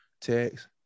text